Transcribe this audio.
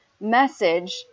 message